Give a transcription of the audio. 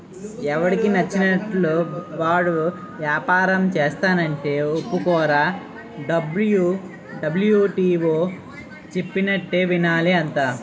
ఎవడికి నచ్చినట్లు వాడు ఏపారం సేస్తానంటే ఒప్పుకోర్రా డబ్ల్యు.టి.ఓ చెప్పినట్టే వినాలి అంతా